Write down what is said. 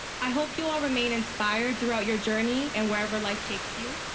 i hope you all remain inspired throughout your journey and wherever life takes you.